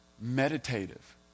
meditative